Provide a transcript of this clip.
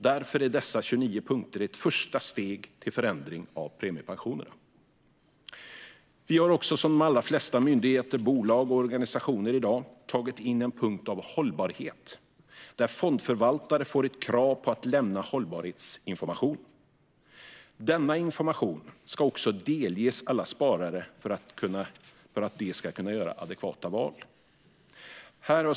Därför är dessa 29 punkter ett första steg till förändring av premiepensionerna. Vi har också i likhet med de allra flesta myndigheter, bolag och organisationer i dag tagit in en punkt om hållbarhet, där fondförvaltare får ett krav på att lämna hållbarhetsinformation. Denna information ska också delges alla sparare för att de ska kunna göra adekvata val.